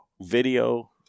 video